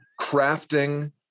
crafting